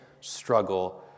struggle